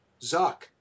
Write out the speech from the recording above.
Zuck